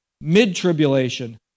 mid-tribulation